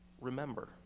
remember